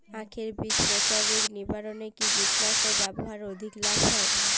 আঁখের বীজ পচা রোগ নিবারণে কি কীটনাশক ব্যবহারে অধিক লাভ হয়?